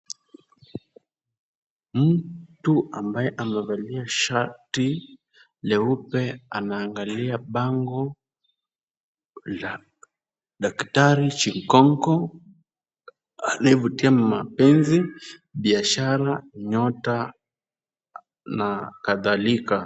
Mtu ambaye amevalia shati leupe anaanaglia bango la daktari Chikonko anayevutia mapenzi, biashara na kadhalika.